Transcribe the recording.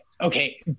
okay